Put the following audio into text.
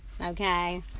okay